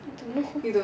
I don't know